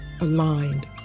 aligned